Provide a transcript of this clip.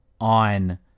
on